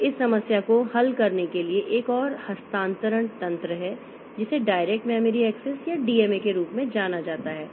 तो इस समस्या को हल करने के लिए एक और हस्तांतरण तंत्र है जिसे डायरेक्ट मेमोरी एक्सेस या डीएमए के रूप में जाना जाता है